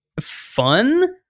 fun